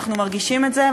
אנחנו מרגישים את זה,